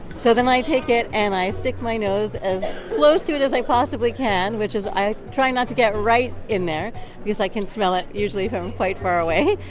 so then i take it, and i stick my nose as close to it as i possibly can, which is i try not to get right in there because i can smell it, usually, from quite far away.